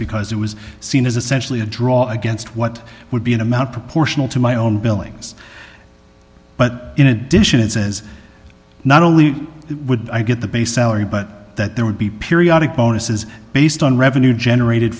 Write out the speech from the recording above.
because it was seen as essentially a draw against what would be an amount proportional to my own billings but in addition it says not only would i get the base salary but that there would be periodic bonuses based on revenue generated